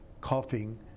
coughing